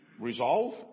resolve